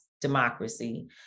democracy